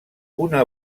una